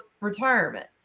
retirement